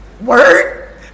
word